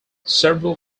several